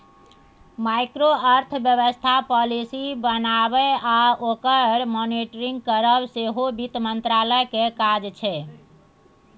micro अर्थबेबस्था policy बनाएब आ ओकर मॉनिटरिंग करब सेहो बित्त मंत्रालय केर काज छै